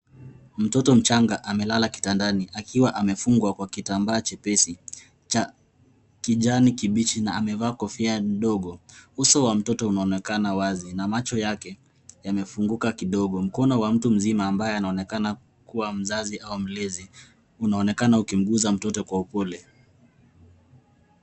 Mtoto mchanga, amelala kitandani, akiwa amefungwa, kwa kitambaa, chepesi cha kijani kibichi, na amevaa kofia ndogo. Uso wa mtoto unaonekana wazi, na macho yake, yamefunguka kidogo. Mkono wa mtu mzima, ambaye anaonekana kuwa mzazi, au mlezi, unaonekana ukimguza mtoto kwa upole.